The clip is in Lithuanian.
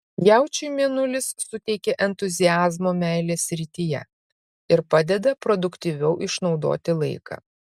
jaučiui mėnulis suteikia entuziazmo meilės srityje ir padeda produktyviau išnaudoti laiką